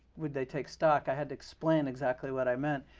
would they take stock, i had to explain exactly what i meant.